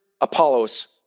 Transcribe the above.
Apollos